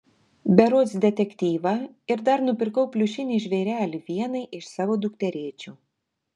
berods detektyvą ir dar nupirkau pliušinį žvėrelį vienai iš savo dukterėčių